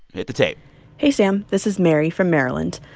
hit the tape hey, sam. this is mary from maryland.